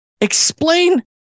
Explain